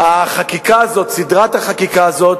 עכשיו, אדוני,